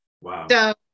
Wow